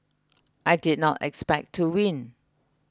I did not expect to win